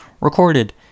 recorded